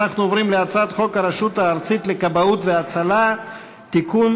אנחנו עוברים להצעת חוק הרשות הארצית לכבאות והצלה (תיקון